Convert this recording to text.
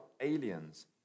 aliens